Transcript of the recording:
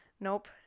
Nope